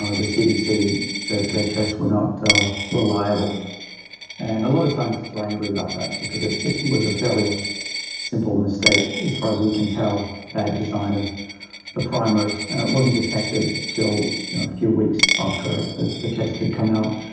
the cdc that the tests were not reliable and a lot of scientists were angry about that because it it was a fairly simple mistake as far as we can tell, bad design of the primers. and it wasn't detected till a few weeks after the the test had come out.